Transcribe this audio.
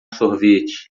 sorvete